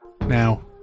Now